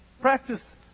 practice